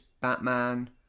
Batman